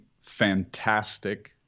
fantastic